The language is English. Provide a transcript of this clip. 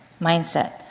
mindset